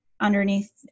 underneath